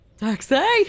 Taxi